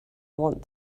want